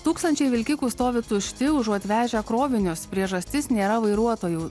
tūkstančiai vilkikų stovi tušti užuot vežę krovinio priežastis nėra vairuotojų